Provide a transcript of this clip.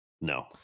no